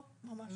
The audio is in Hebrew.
לא, ממש לא.